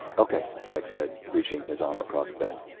okay, rex said, reaching his arm across ben,